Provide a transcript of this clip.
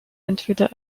entweder